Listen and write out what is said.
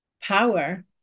power